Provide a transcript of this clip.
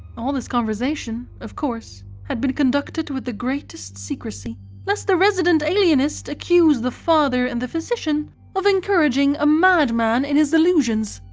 all this conversation, of course, had been conducted with the greatest secrecy lest the resident alienists accuse the father and the physician of encouraging a madman in his delusions.